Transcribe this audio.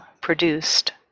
produced